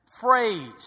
phrase